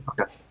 okay